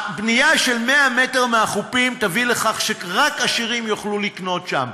הבנייה 100 מטר מהחופים תביא לכך שרק עשירים יוכלו לקנות שם.